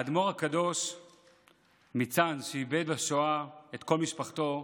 האדמו"ר הקדוש מצאנז, שאיבד בשואה את כל משפחתו,